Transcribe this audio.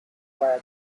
via